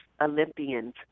olympians